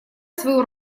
свою